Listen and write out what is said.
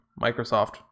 Microsoft